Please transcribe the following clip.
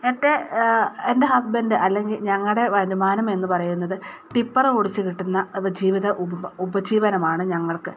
എൻ്റെ എൻ്റെ ഹസ്ബൻ്റ് അല്ലെങ്കിൽ ഞങ്ങളുടെ വരുമാനം എന്നു പറയുന്നത് ടിപ്പർ ഓടിച്ചു കിട്ടുന്ന ഉപജീവിതം ഉപജീവനം ആണ് ഞങ്ങൾക്ക്